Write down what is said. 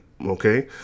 okay